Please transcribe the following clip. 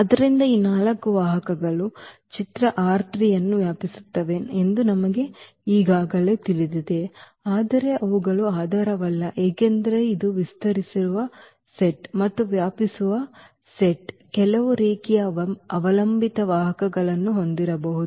ಆದ್ದರಿಂದ ಈ 4 ವಾಹಕಗಳು ಚಿತ್ರ ಅನ್ನು ವ್ಯಾಪಿಸುತ್ತವೆ ಎಂದು ನಮಗೆ ಈಗಾಗಲೇ ತಿಳಿದಿದೆ ಆದರೆ ಅವುಗಳು ಆಧಾರವಲ್ಲ ಏಕೆಂದರೆ ಇದು ಇದು ವಿಸ್ತರಿಸುವ ಸೆಟ್ ಮತ್ತು ವ್ಯಾಪಿಸುವ ಸೆಟ್ ಕೆಲವು ರೇಖೀಯ ಅವಲಂಬಿತ ವಾಹಕಗಳನ್ನು ಹೊಂದಿರಬಹುದು